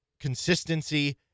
consistency